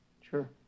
Sure